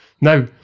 Now